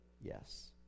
yes